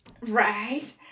Right